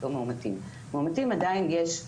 מאומתי עדיין יש,